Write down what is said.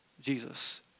Jesus